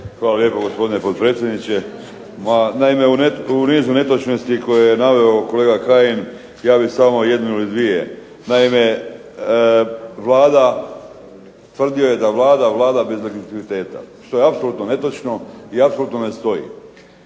Hvala lijepo, gospodine potpredsjedniče. Naime, u nizu netočnosti koje je naveo kolega Kajin ja bih samo jednu ili dvije. Naime, tvrdio je da Vlada vlada bez legitimiteta što je apsolutno netočno i apsolutno ne stoji.